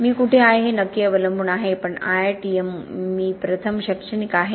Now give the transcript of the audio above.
मी कुठे आहे हे नक्की अवलंबून आहे पण IITM मी प्रथम शैक्षणिक आहे